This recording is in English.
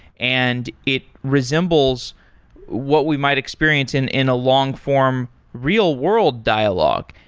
and it resembles what we might experience in in a long-form real-world dialogue.